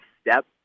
step